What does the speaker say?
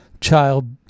child